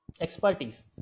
expertise